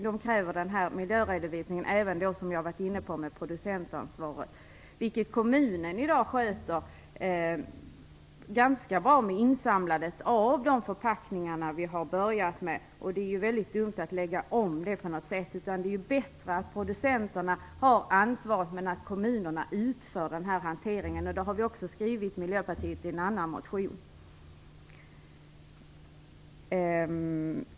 Det krävs en miljöredovisning även vad gäller producentansvaret, vilket jag har berört. Kommunerna sköter i dag insamlandet av förpackningarna ganska bra. Vi har börjat med det systemet, och det vore väldigt dumt att lägga om det. Det är bättre att producenterna har ansvaret men att kommunerna utför hanteringen. Det har Miljöpartiet också skrivit i en annan motion.